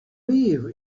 live